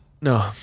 no